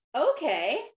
okay